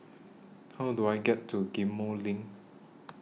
How Do I get to Ghim Moh LINK